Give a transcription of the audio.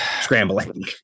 scrambling